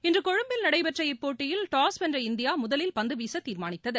இன்று கொழும்பில் நடைபெற்ற இப்போட்டியில் டாஸ் வென்ற இந்தியா முதலில் பந்துவீச தீர்மானித்தது